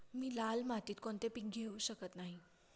मी लाल मातीत कोणते पीक घेवू शकत नाही?